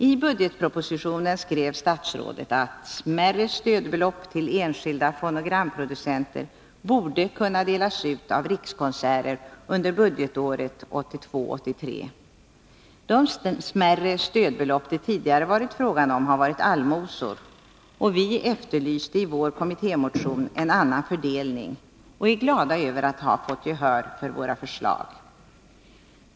I budgetpropositionen skrev statsrådet att smärre stödbelopp till enskilda fonogramproducenter borde kunna delas ut av Rikskonserter under budgetåret 1982/83. De smärre stödbelopp som det tidigare varit fråga om har varit allmosor, och vi efterlyste i vår kommitté motion en annan fördelning och är glada över att ha fått gehör för våra förslag.